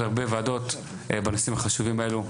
הרבה מאוד וועדות בנושאים החשובים האלו.